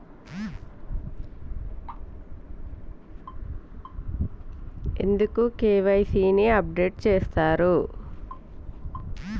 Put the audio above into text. KYC ని ఎందుకు update చేత్తరు?